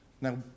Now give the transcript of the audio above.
Now